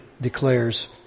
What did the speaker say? declares